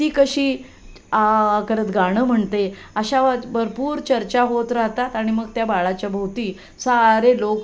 ती कशी आ करत गाणं म्हणते अशा व भरपूर चर्चा होत राहतात आणि मग त्या बाळाच्या भोवती सारे लोक